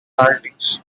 analytics